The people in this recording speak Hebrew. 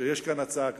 ויש כאן הצעה כזאת.